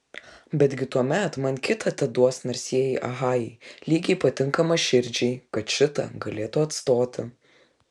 betgi tuomet man kitą teduos narsieji achajai lygiai patinkamą širdžiai kad šitą galėtų atstoti